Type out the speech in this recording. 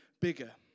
bigger